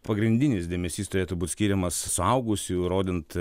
pagrindinis dėmesys turėtų būt skiriamas suaugusiui rodant